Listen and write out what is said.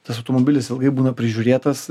tas automobilis ilgai būna prižiūrėtas